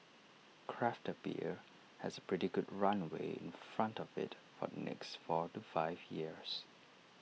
craft beer has pretty good runway in front of IT for the next four to five years